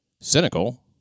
Cynical